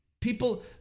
People